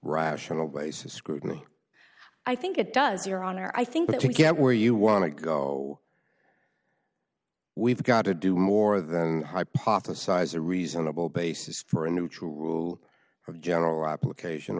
rational basis scrutiny i think it does your honor i think that you get where you want to go we've got to do more than hypothesize a reasonable basis for a new true rule of general application